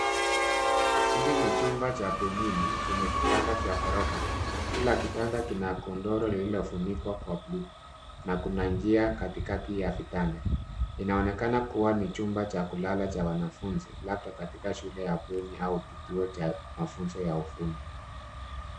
Hili ni chumba cha bwenini chenye vitanda vya ghorofa. Kila kitanda kina godoro lililofunikwa kwa blue , na kuna njia katikati ya vitanda. Inaonekana kua ni chumba cha kulala cha wanafunzi, labda katika shule la bweni au kituo cha mafunzo ya ufundi.